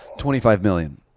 twenty five million.